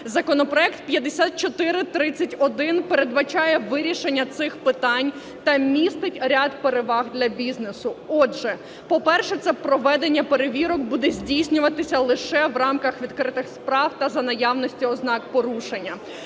Законопроект 5431 передбачає вирішення цих питань та містить ряд переваг для бізнесу. Отже, по-перше, це проведення перевірок буде здійснюватися лише в рамках відкритих справ та за наявності ознак порушення.